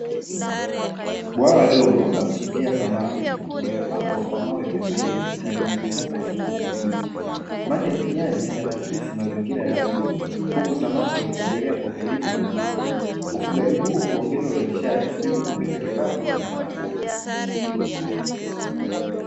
Bwawa dogo la kufugia samaki limepambwa kwa mawe pembeni na limezungukwa na kijani kibichi; maji ya kijani yanaaksi mazingira ya asili, huku samaki wakiogelea kwa utulivu ndani yake. Ufugaji huu huongeza uzalishaji hivyo kuongeza kipato na chakula.